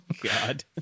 God